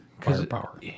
firepower